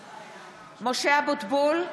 (קוראת בשמות חברי הכנסת) משה אבוטבול,